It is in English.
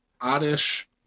Oddish